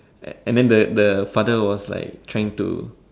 and than the the father was like trying to